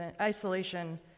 isolation